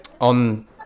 on